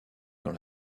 dans